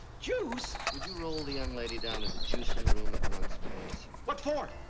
juice! would you roll the young lady down to the juicing room at once please? what for!